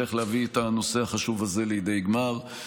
ונצליח להביא את הנושא החשוב הזה לידי גמר.